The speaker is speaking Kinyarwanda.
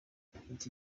iki